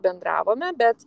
bendravome bet